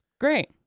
Great